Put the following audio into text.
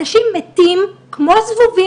אנשים מתים כמו זבובים,